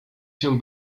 się